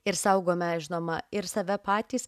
ir saugome žinoma ir save patys